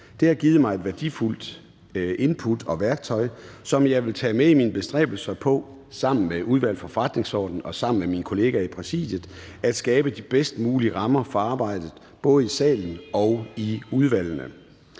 Det har givet mig et værdifuldt input og værktøj, som jeg vil tage med i mine bestræbelser på sammen med Udvalget for Forretningsordenen og sammen med mine kollegaer i Præsidiet at skabe de bedst mulige rammer for arbejdet både i salen og i udvalgene.